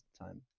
time